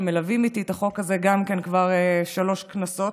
שמלווים את החוק הזה איתי כבר שלוש כנסות.